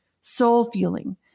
soul-feeling